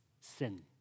sin